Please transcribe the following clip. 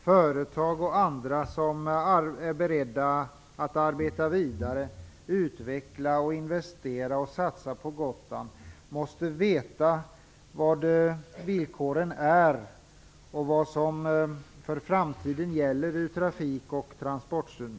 Företag och andra som är beredda att arbeta vidare, utveckla och investera samt satsa på Gotland måste veta vilka villkoren är och vad som för framtiden gäller från trafik och transportsynpunkt.